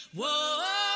Whoa